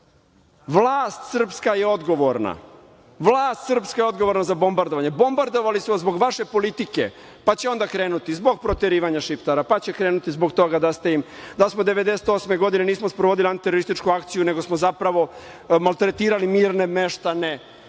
vlast srpska je odgovorna. Vlast srpska je odgovorna za bombardovanje. Bombardovali su vas zbog vaše politike. Pa će onda krenuti – zbog proterivanja šiptara, pa će krenuti zbog toga da 1998. godine nismo sprovodili antiterorističku akciju, nego smo zapravo maltretirali mirne meštane,